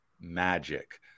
Magic